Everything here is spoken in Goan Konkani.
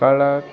काळाक